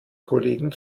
kollegen